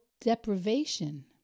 deprivation